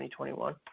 2021